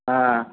हां